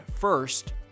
First